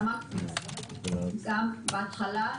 גם בהתחלה,